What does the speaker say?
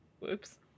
whoops